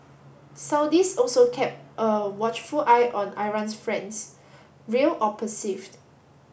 Saudis also kept a watchful eye on Iran's friends real or perceived